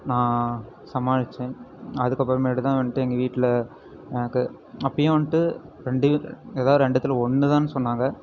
நான் சமாளித்தேன் அதுக்கப்புறமேட்டு தான் வந்துட்டு எங்கள் வீட்டில் எனக்கு அப்போயும் வந்துட்டு ரெண்டு ஏதா ரெண்டுத்தில் ஒன்று தான்னு சொன்னாங்க